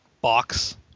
box